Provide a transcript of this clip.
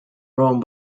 rome